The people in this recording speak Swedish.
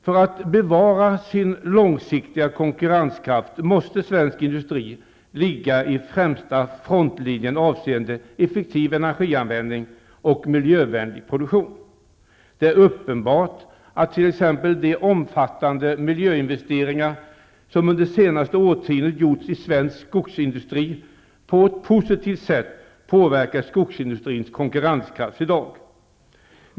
För att bevara den långsiktiga konkurrenskraften måste svensk industri ligga i främsta frontlinjen avseende effektiv energianvändning och miljövänlig produktion. Det är uppenbart att t.ex. de omfattande miljöinvesteringar som under det senaste årtiondet gjorts inom svensk skogsindustri på ett positivt sätt påverkar denna industris konkurrenskraft i dag.